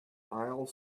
aisle